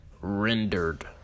rendered